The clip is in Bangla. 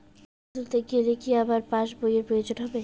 টাকা তুলতে গেলে কি আমার পাশ বইয়ের প্রয়োজন হবে?